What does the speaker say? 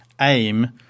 aim